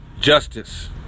justice